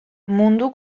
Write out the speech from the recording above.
mundu